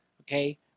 okay